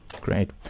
Great